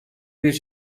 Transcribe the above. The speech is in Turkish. bir